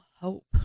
hope